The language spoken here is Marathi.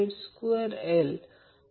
तर मला ते स्पष्ट करू द्या